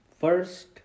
First